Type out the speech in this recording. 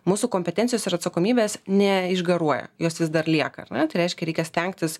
mūsų kompetencijos ir atsakomybės neišgaruoja jos vis dar lieka ar net reiškia reikia stengtis